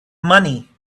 money